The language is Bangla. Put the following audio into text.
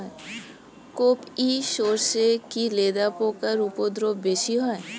কোপ ই সরষে কি লেদা পোকার উপদ্রব বেশি হয়?